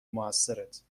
موثرت